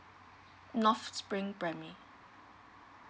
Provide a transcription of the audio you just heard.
north spring primary